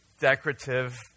decorative